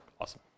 Awesome